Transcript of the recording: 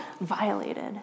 violated